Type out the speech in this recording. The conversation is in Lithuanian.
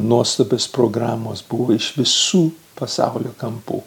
nuostabios programos buvo iš visų pasaulio kampų